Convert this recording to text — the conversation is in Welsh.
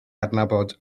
adnabod